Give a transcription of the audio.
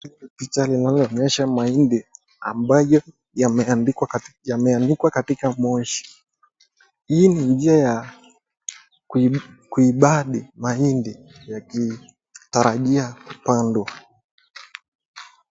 Picha linaloonyesha mahindi ambayo yameanikwa katika moshi. Hii ni njia ya kuibadi mahindi yakitarajiwa kupandwa.